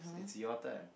it's your turn